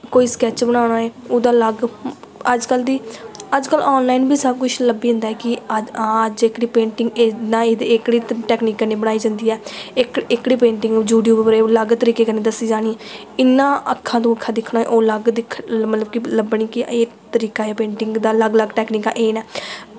कोई स्कैच बनाना होए ओह्दा अलग अज्ज कल दी अज्ज कल आनलाइन बी सब कुछ लब्भी जंदा ऐ कि हां अज्ज एह्कड़ी पेंटिंग बनाई दी एह्कड़ी टैकनीक कन्नै बनाई जंदी ऐ एह्कड़ी एह्कड़ी पेंटिंग यूट्यूब उप्पर अलग तरीके कन्नै दस्सी जानी इ'यां अक्खां टू अक्खां दिक्खना ओह् अलग मतलब कि लब्भनी कि एह् तरीका ऐ पेंटिंग दा अलग अलग टैकनीकां एह् न